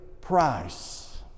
price